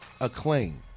acclaim